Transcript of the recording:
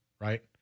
right